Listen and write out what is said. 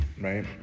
right